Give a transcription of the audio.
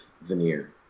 veneer